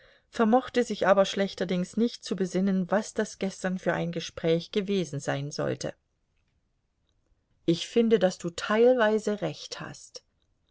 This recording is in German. vermochte sich aber schlechterdings nicht zu besinnen was das gestern für ein gespräch gewesen sein sollte ich finde daß du teilweise recht hast